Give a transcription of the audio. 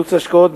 בייעוץ השקעות,